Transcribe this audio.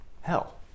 Hell